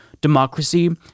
democracy